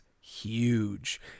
huge